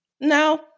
Now